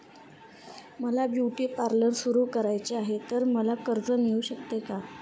मला beauty parlour सुरू करायचे आहे तर मला कर्ज मिळू शकेल का?